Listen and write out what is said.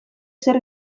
zer